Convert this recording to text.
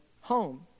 home